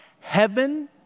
heaven